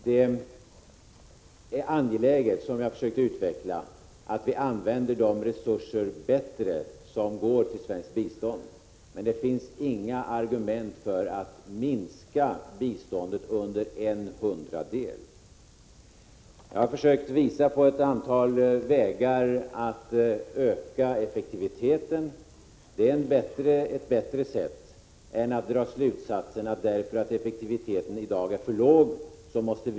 Det är angeläget — jag försökte tidigare utveckla det resonemanget — att vi bättre använder de resurser som går till svenskt bistånd. Det finns inga argument för att minska biståndet till mindre än en hundradel. Jag har försökt att visa på ett antal vägar när det gäller att öka effektiviteten. Det är bättre än att bara dra slutsatsen att vi måste minska anslagen därför att effektiviteten i dag är för låg.